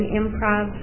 improv